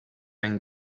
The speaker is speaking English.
end